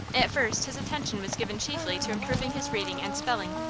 at first his attention was given chiefly to improving his reading and spelling,